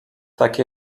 takie